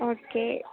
okay